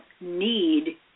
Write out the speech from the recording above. need